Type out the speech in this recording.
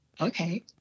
okay